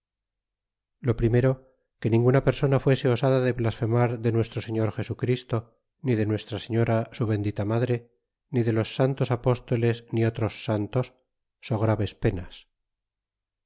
lo primero que ninguna persona fuese osada de blasfemar de nuestro señor jesu christo ni de nuestra señora su bendita madre ni de los santos apóstoles ni otros santos so graves penas